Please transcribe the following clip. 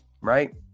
right